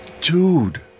Dude